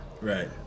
Right